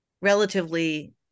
relatively